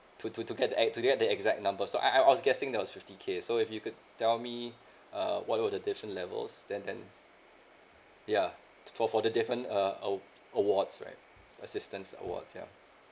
to to to get the exa~ to get the exact number so I I I was guessing it was fifty K so if you could tell me uh what would the different levels then then ya for for the different uh uh awards right assistance awards ya